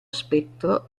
spettro